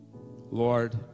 Lord